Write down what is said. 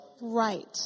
right